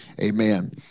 Amen